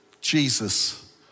Jesus